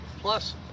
plus